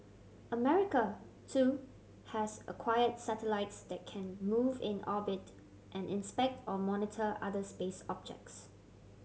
America too has acquired satellites that can move in orbit and inspect or monitor other space objects